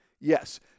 Yes